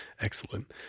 Excellent